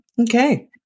Okay